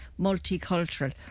multicultural